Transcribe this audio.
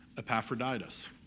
Epaphroditus